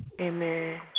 Amen